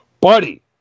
Buddy